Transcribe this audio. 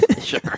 Sure